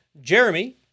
Jeremy